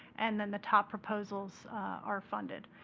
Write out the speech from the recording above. and then the top proposals are funded.